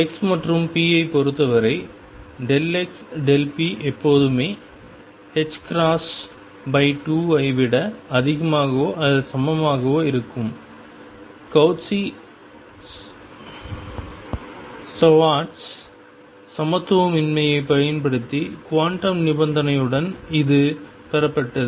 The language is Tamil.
x மற்றும் p ஐப் பொறுத்தவரை xp எப்போதுமே 2 ஐ விட அதிகமாகவோ அல்லது சமமாகவோ இருக்கும் கௌச்சி ஸ்வார்ட்ஸ் சமத்துவமின்மையைப் பயன்படுத்தி குவாண்டம் நிபந்தனையுடன் இது பெறப்பட்டது